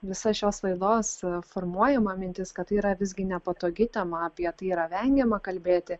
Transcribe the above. visa šios laidos formuojama mintis kad tai yra visgi nepatogi tema apie tai yra vengiama kalbėti